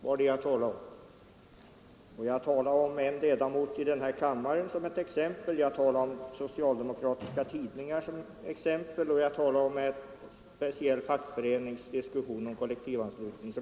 Som exempel talade jag om en ledamot av den här kammaren, socialdemokratiska tidningar och en speciell fackföreningsdiskussion om kollektivanslutning.